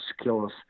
skills